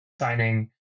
signing